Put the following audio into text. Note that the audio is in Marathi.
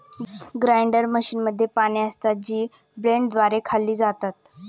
ग्राइंडर मशीनमध्ये पाने असतात, जी ब्लेडद्वारे खाल्ली जातात